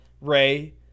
Ray